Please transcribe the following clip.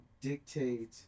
dictate